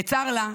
בצר לה,